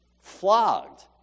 Flogged